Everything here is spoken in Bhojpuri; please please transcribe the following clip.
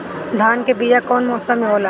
धान के बीया कौन मौसम में होला?